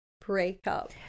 breakup